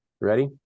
Ready